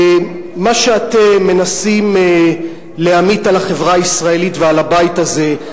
מה שאתם מנסים להמיט על החברה הישראלית ועל הבית הזה,